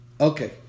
Okay